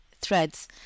threads